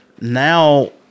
Now